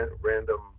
random